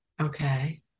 Okay